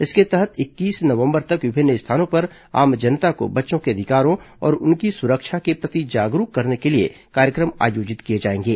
इसके तहत इक्कीस नवंबर तक विभिन्न स्थानों पर आम जनता को बच्चों के अधिकारों और उनकी सुरक्षा के प्रति जागरूक करने के लिए कार्यक्रम आयोजित किए जाएंगे